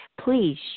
Please